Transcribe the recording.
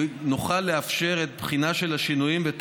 נוכל לאפשר את הבחינה של השינויים ואת